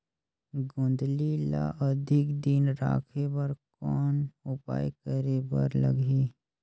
गोंदली ल अधिक दिन राखे बर कौन उपाय करे बर लगही?